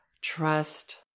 trust